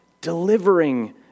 delivering